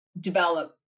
develop